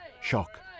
Shock